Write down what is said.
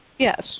Yes